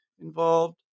involved